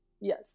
Yes